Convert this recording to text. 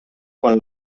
quan